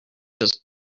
just